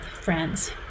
friends